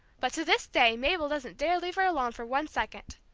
but to this day mabel doesn't dare leave her alone for one second.